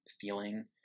feeling